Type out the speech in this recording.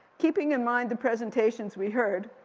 keeping in mind the presentations we heard,